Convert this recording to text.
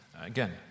Again